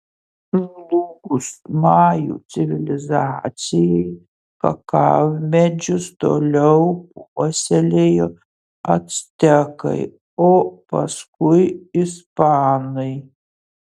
žlugus majų civilizacijai kakavmedžius toliau puoselėjo actekai o paskui ispanai